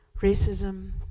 racism